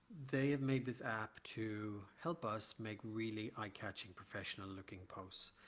they have made this app to help us make really eye-catching professional-looking posts.